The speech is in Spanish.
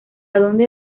dónde